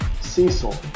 Cecil